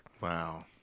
Wow